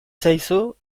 zaizu